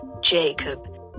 Jacob